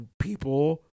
people